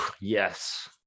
yes